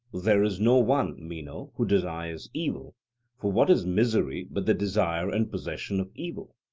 there is no one, meno, who desires evil for what is misery but the desire and possession of evil?